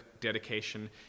dedication